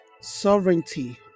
Sovereignty